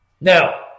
Now